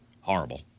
horrible